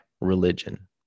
religion